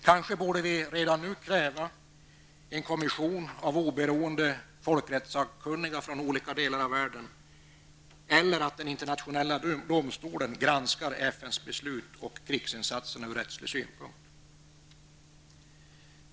Kanske borde vi redan nu kräva en kommission av oberoende folkrättssakkunniga från olika delar av världen eller att den internationella domstolen granskar FNs beslut och krigsinsatserna ur rättslig synpunkt.